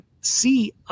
see